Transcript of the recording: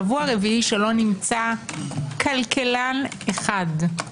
שבוע רביעי שלא נמצא כלכלן אחד,